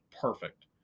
perfect